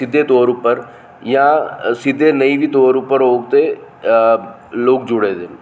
सिद्धे तौर उप्पर सिद्धे नेंई बी तौर उप्पर होग तां बी लोक जुड़े दे न